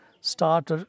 start